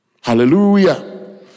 Hallelujah